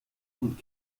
und